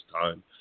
time